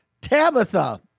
Tabitha